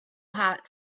hot